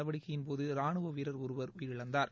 நடவடிக்கையின்போது ராணுவ வீரர் ஒருவர் உயிரிழந்தார்